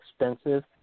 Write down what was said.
expensive